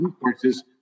resources